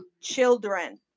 children